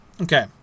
okay